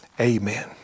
Amen